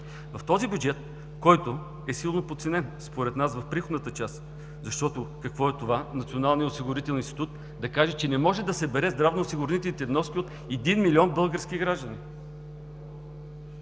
в този бюджет, който е силно подценен според нас в приходната част. Защото, какво е това, Националният осигурителен институт да каже, че не може да събере здравноосигурителните вноски от 1 милион български граждани?!